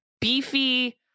beefy